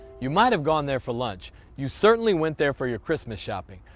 you might have gone there for lunch you certainly went there for your christmas shopping.